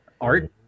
art